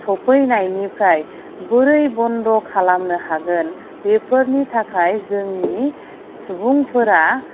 सौफैनायनिफ्राय बोरै बन्द' खालामनो हागोन बेफोरनि थाखाय जोंनि सुबुंफोरा